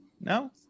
No